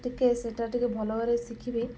ଟିକେ ସେଇଟା ଟିକେ ଭଲ ଭାବରେ ଶିଖିବି